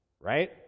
right